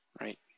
right